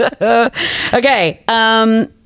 Okay